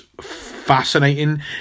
fascinating